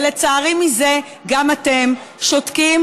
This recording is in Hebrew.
ולצערי בזה גם אתם שותקים,